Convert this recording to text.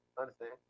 understand